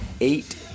eight